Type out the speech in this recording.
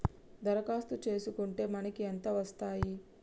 దరఖాస్తు చేస్కుంటే మనకి ఎంత వస్తాయి?